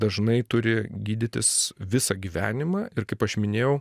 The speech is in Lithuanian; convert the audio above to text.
dažnai turi gydytis visą gyvenimą ir kaip aš minėjau